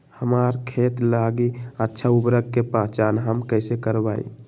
हमार खेत लागी अच्छा उर्वरक के पहचान हम कैसे करवाई?